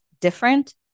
different